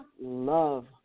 love